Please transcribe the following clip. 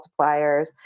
multipliers